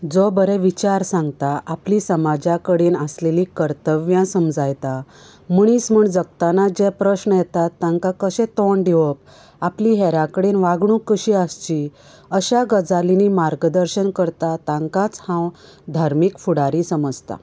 जो बरे विचार सांगता आपली समाजा कडेन आशिल्लीं कर्तव्यां समजायता मनीस म्हूण जगतना जे प्रस्न येतात तांकां कशें तोंड दिवप आपली हेरां कडेन वागणूक कशी आसची अश्यां गजालींनी मार्गदर्शन करता तांकांच हांव धार्मीक फुडारी समजता